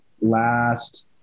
last